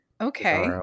Okay